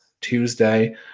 Tuesday